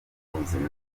n’ubuzima